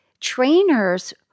trainers